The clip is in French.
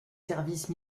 services